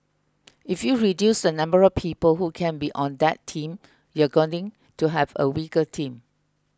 if you reduce the number of people who can be on that team you're going to have a weaker team